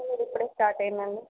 లేదు ఇప్పుడే స్టార్ట్ అయ్యిందండి